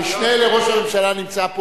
המשנה לראש הממשלה נמצא פה.